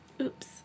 Oops